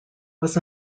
was